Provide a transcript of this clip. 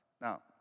Now